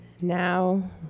Now